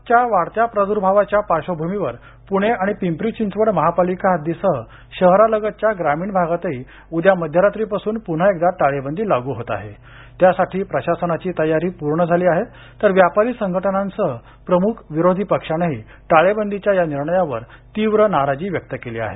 टाळेबंदी कोरोनाच्या वाढत्या प्राद्भावाच्या पार्श्वभूमीवर पूणे आणि पिंपरी चिंचवड महापालिका हद्दीसह शहरालगतच्या ग्रामीण भागातही उद्या मध्यरात्रीपासून प्न्हा एकदा टाळेबंदी लागू होत असून त्यासाठी प्रशासनाची तयारी पूर्ण झाली आहे तर व्यापारी संघटनांसह प्रमुख विरोधी पक्षानेही टाळेबंदीच्या या निर्णयावर तीव्र नाराजी व्यक्त केली आहे